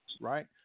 right